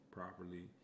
Properly